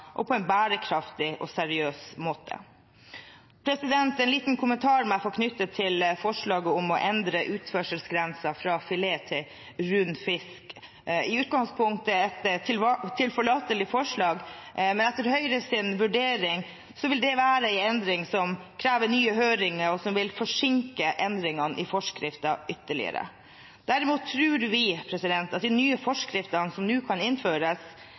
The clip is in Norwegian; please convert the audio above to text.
og på en bærekraftig og seriøs måte. En liten kommentar må jeg få knytte til forslaget om å endre utførselsgrensen fra filetert til rund fisk, i utgangspunktet et tilforlatelig forslag, men etter Høyres vurdering vil det være en endring som krever nye høringer, og som vil forsinke endringene i forskriften ytterligere. Derimot tror vi at de nye forskriftene som nå kan innføres,